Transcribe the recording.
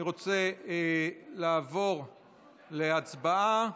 אני רוצה לעבור להצבעה,